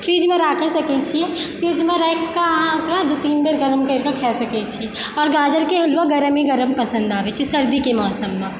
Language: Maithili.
फ्रिजमे राखिओ सकैत छी फ़्रिजमे राखिकऽ अहाँ खाना दू तीन बेर गरमकऽ कऽ खा सकैत छी आओर गाजरके हलुआ गरमे गरम पसन्द आबैत छै सर्दीके मौसममे